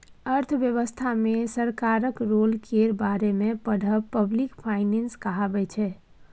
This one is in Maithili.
अर्थव्यवस्था मे सरकारक रोल केर बारे मे पढ़ब पब्लिक फाइनेंस कहाबै छै